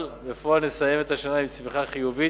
אבל בפועל נסיים את השנה עם צמיחה חיובית,